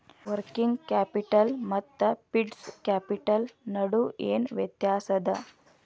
Working capital ಮತ್ತ fixed capital ನಡು ಏನ್ ವ್ಯತ್ತ್ಯಾಸದ?